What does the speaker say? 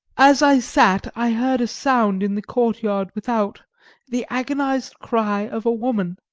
as i sat i heard a sound in the courtyard without the agonised cry of a woman.